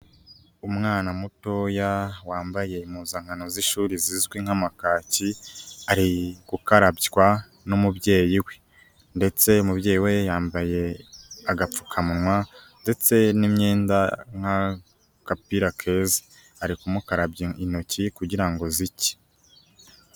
Umwana mutoya wambaye impuzankano z'ishuri zizwi nk'amakaki, ari gukarabywa n'umubyeyi we. Ndetse umubyeyi we yambaye agapfukamunwa ndetse n'imyenda nk'agapira keza, ari kumukarabya intoki kugira ngo zicye.